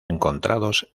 encontrados